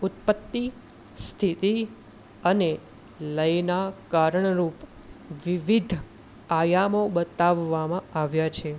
ઉત્પત્તિ સ્થિતિ અને લયના કારણ રૂપ વિવિધ આયામો બતાવવામાં આવ્યા છે